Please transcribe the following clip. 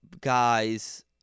Guys